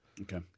okay